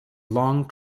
long